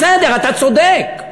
בסדר, אתה צודק,